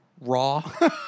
raw